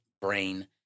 brain